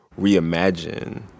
reimagine